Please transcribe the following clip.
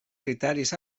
criteris